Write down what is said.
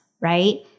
right